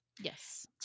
Yes